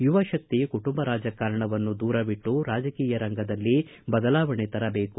ಯುವ ಶಕ್ತಿ ಕುಟುಂಬ ರಾಜಕಾರಣವನ್ನು ದೂರವಿಟ್ಟು ರಾಜಕೀಯ ರಂಗದಲ್ಲಿ ಬದಲಾವಣೆ ತರಬೇಕು